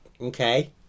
okay